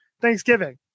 Thanksgiving